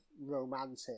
romantic